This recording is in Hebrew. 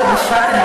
חוק ומשפט,